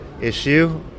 issue